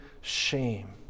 shame